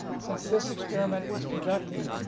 since this experiment was conducted,